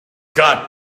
got